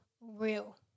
real